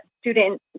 student